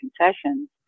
concessions